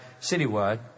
citywide